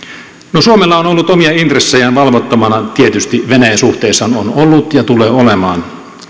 no suomella on ollut omia intressejään valvottavana tietysti venäjän suhteessaan on ollut ja tulee olemaan